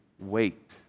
Wait